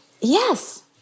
Yes